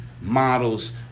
models